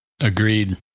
Agreed